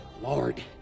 Lord